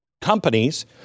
companies